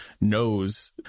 knows